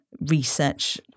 research